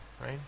right